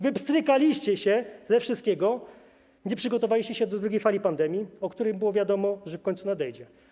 Wypstrykaliście się ze wszystkiego, nie przygotowaliście się do drugiej fali pandemii, o której było wiadomo, że w końcu nadejdzie.